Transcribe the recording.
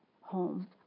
home